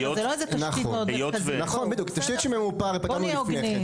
זו לא איזו תשתית מרכזית, בואו נהיה הוגנים.